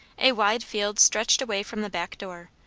a wide field stretched away from the back door,